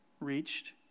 reached